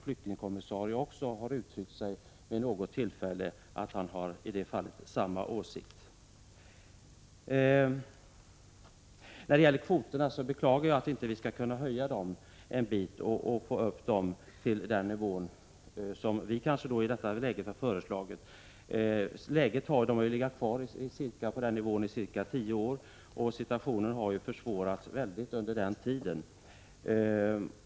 Flyktingkommissarien har vid något tillfälle sagt att han har samma åsikt. Jag beklagar att vi nu inte kan höja kvoten till den nivå som folkpartiet föreslagit. Kvoten har nu legat på samma nivå i cirka tio år, trots att situationen under den tiden försvårats i hög grad.